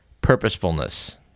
purposefulness